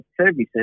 services